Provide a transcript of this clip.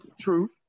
truth